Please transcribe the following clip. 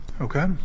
Okay